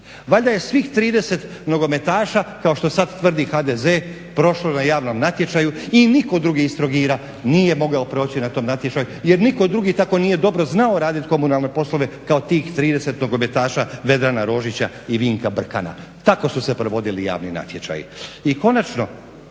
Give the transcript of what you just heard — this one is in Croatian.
Valjda je svih 30 nogometaša kao što sada tvrdi HDZ prošlo na javnom natječaju i nitko drugi iz Trogira nije mogao proći na tom natječaju jer nitko drugi nije tako dobro znao raditi komunalne poslove kao tih 30 nogometaša Vedrana Rožića i Vinka Brkana. Tako su se provodili javni natječaji. I konačno